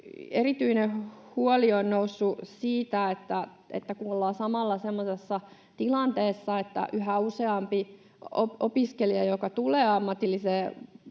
erityinen huoli on noussut siitä, että ollaan samalla semmoisessa tilanteessa, että yhä useammalla opiskelijalla, joka tulee ammatilliseen